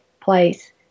place